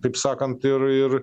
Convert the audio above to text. taip sakant ir ir